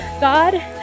God